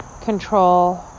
control